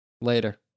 Later